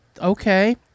Okay